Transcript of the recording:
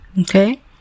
Okay